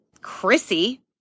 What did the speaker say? Chrissy